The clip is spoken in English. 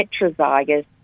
heterozygous